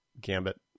Gambit